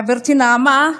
חברתי נעמה,